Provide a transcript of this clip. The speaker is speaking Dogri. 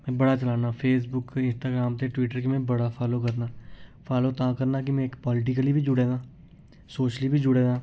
में बड़ा चलाना फेसबुक इंस्टाग्राम ते टवीटर गी मैं बड़ा फालो करना फालो तां करना कि मैं इक पालिटिकली बी जुड़े दा आं सोशिली बी जुड़े दा आं